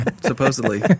supposedly